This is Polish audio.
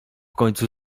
końcu